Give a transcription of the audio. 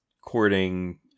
courting